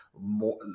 more